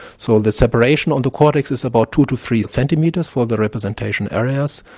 so the separation on the cortex is about two to three centimetres for the representation areas.